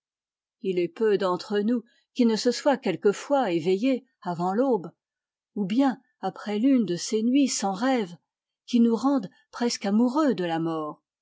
il est peu d'entre nous qui ne se soient quelquefois éveillés avant l'aube ou bien après l'une de ces nuits sans rêves qui nous rendent presque amoureux de la mort